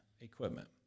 equipment